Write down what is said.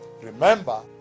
Remember